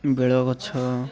ବେଲ ଗଛ